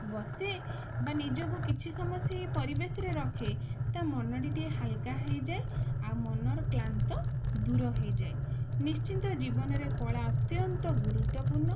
ବସେ ବା ନିଜକୁ କିଛି ସମୟ ସେ ପରିବେଶରେ ରଖେ ତା ମନଟି ଟିକେ ହାଲକା ହେଇଯାଏ ଆଉ ମନର କ୍ଲାନ୍ତ ଦୂର ହେଇଯାଏ ନିଶ୍ଚିନ୍ତ ଜୀବନରେ କଳା ଅତ୍ୟନ୍ତ ଗୁରୁତ୍ଵପୂର୍ଣ୍ଣ